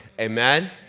Amen